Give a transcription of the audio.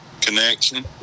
connection